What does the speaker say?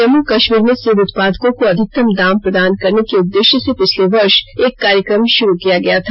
जम्म कश्मीर में सेब उत्पादकों को अधिकतम दाम प्रदान करने के उद्देश्य से पिछले वर्ष एक कार्यक्रम शुरू किया गया था